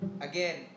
again